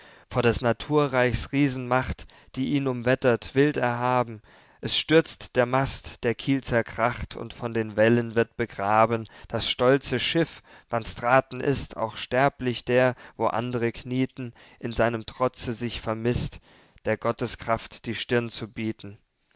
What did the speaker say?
vor des naturreichs riesenmacht die ihn umwettert wild erhaben es stürzt der mast der kiel zerkracht und von den wellen wird begraben das stolze schiff van straten ist auch sterblich der wo andre knieten in seinem trotze sich vermißt der gotteskraft die stirn zu bieten